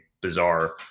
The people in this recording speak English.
bizarre